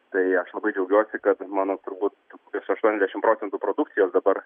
tai aš labai džiaugiuosi kad mano turbūt kokios aštuoniasdešimt procentų produkcijos dabar